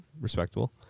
Respectable